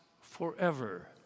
forever